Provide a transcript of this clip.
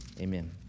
Amen